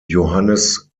johannes